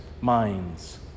minds